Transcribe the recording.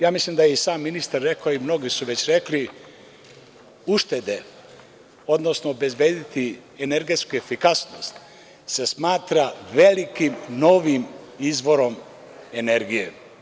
Ja mislim da je i sam ministar rekao i mnogi su već rekli uštede, odnosno obezbediti energetsku efikasnost se smatra velikim novim izvorom energije.